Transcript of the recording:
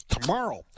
tomorrow